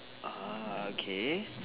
uh okay